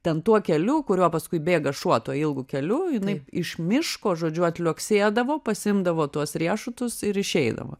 ten tuo keliu kuriuo paskui bėga šuo tuo ilgu keliu jinai iš miško žodžiu atliuoksėdavo pasiimdavo tuos riešutus ir išeidavo